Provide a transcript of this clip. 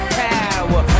power